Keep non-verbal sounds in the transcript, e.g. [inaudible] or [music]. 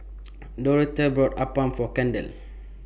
[noise] Doretha bought Appam For Kendell